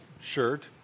shirt